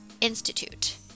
Institute